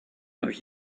but